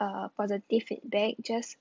a positive feedback just